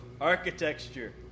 architecture